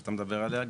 שאתה מדבר עליה,